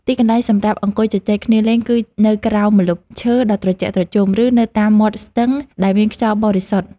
ទីកន្លែងសម្រាប់អង្គុយជជែកគ្នាលេង គឺនៅក្រោមម្លប់ឈើដ៏ត្រជាក់ត្រជុំ ឬនៅតាមមាត់ស្ទឹងដែលមានខ្យល់បរិសុទ្ធ។